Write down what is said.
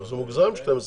זה מוגזם 12 בדירה.